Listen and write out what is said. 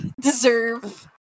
deserve